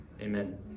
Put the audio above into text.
Amen